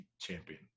champion